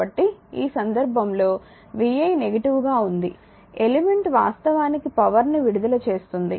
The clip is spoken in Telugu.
కాబట్టి ఈ సందర్భంలో vi నెగటివ్గా ఉంది ఎలిమెంట్ వాస్తవానికి పవర్ ని విడుదల చేస్తుంది